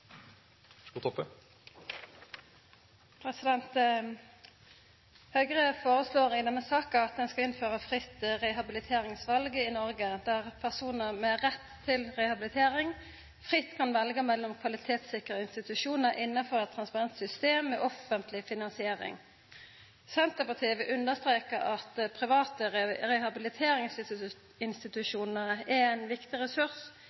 Høgre foreslår i denne saka at ein skal innføra fritt rehabiliteringsval i Noreg, der personar med rett til rehabilitering fritt kan velja mellom kvalitetssikra institusjonar innanfor eit transparent system med offentleg finansiering. Senterpartiet vil understreka at private rehabiliteringsinstitusjonar er ein viktig ressurs